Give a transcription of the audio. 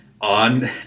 on